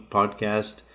Podcast